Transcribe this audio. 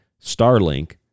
Starlink